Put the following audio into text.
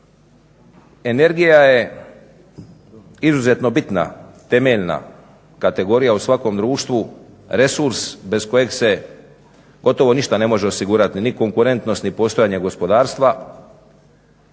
Energija je izuzetno bitna, temeljna kategorija u svakom društvu, resurs bez kojeg se gotovo ništa ne može osigurati ni konkurentnost ni postojanje gospodarstva.